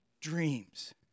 dreams